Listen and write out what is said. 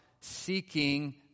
seeking